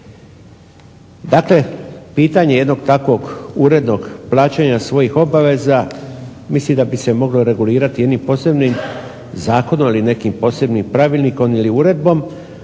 Dakle, pitanje jednog takvog urednog plaćanja svojih obveza mislim da bi se moglo regulirati jednim posebnim zakonom ili nekim posebnim pravilnikom ili uredbom